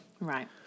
Right